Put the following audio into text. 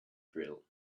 drill